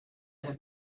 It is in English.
have